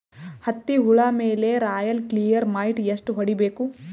ಹತ್ತಿ ಹುಳ ಮೇಲೆ ರಾಯಲ್ ಕ್ಲಿಯರ್ ಮೈಟ್ ಎಷ್ಟ ಹೊಡಿಬೇಕು?